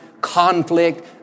conflict